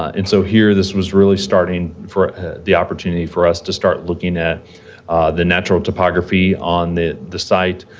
and so, here, this was really starting for the opportunity for us to start looking at the natural topography on the the site,